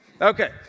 Okay